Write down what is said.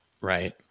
Right